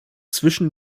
zwischen